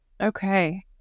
Okay